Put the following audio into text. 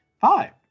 five